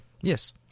Yes